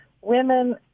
women